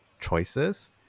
choices